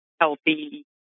healthy